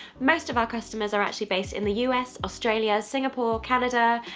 most of our customers are actually based in the us australia, singapore, canada,